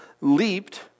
leaped